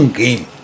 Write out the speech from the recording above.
game